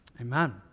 Amen